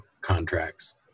Contracts